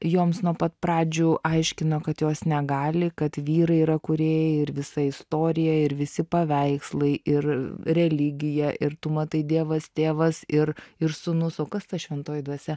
joms nuo pat pradžių aiškino kad jos negali kad vyrai yra kūrėjai ir visa istorija ir visi paveikslai ir religija ir tu matai dievas tėvas ir ir sūnus o kas ta šventoji dvasia